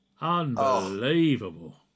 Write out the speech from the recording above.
Unbelievable